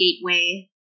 gateway